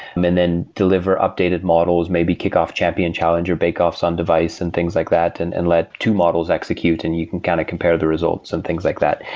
and then deliver updated models, maybe kick off champion challenge, or bake off some device and things like that and and let two models execute and you can kind of compare the results and things like that.